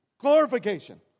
Glorification